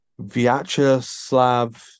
Vyacheslav